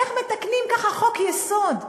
איך מתקנים ככה חוק-יסוד?